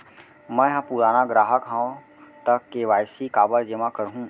मैं ह पुराना ग्राहक हव त के.वाई.सी काबर जेमा करहुं?